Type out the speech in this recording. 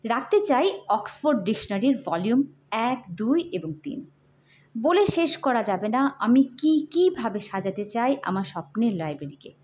রাখতে চাই অক্সফোর্ড ডিকশনারির ভলিউম এক দুই এবং তিন বলে শেষ করা যাবে না আমি কী কী ভাবে সাজাতে চাই আমার স্বপ্নের লাইব্রেরিকে